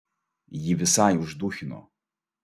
jį visai užduchino